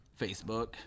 facebook